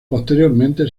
posteriormente